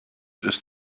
ist